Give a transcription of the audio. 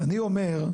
אני אומר,